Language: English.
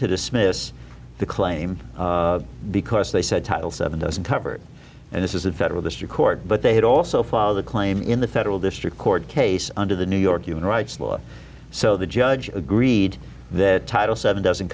to dismiss the claim because they said title seven doesn't cover it and this is a federal district court but they had also file the claim in the federal district court case under the new york human rights law so the judge agreed that title seven doesn't